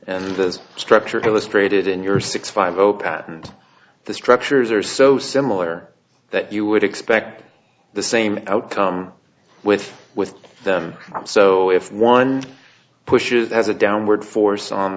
and the structure illustrated in your six five zero patent the structures are so similar that you would expect the same outcome with with them so if one pushes as a downward force on